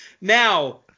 Now